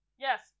Yes